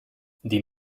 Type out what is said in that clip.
die